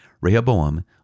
Rehoboam